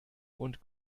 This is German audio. und